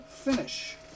Finish